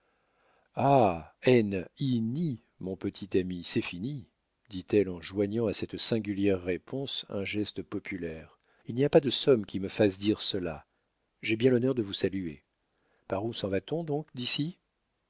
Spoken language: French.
ni mon petit ami c'est fini dit-elle en joignant à cette singulière réponse un geste populaire il n'y a pas de somme qui me fasse dire cela j'ai bien l'honneur de vous saluer par où s'en va-t-on donc d'ici